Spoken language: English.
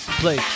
play